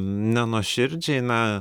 nenuoširdžiai na